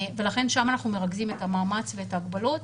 שם אנחנו מרכזים את המאמץ ואת ההגבלות.